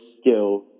skill